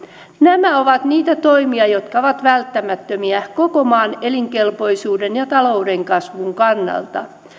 nämä ovat niitä toimia jotka ovat välttämättömiä koko maan elinkelpoisuuden ja talouden kasvun kannalta